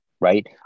right